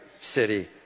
city